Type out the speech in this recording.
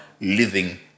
living